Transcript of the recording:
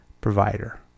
provider